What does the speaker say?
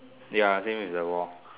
ya same as the wall